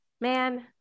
Man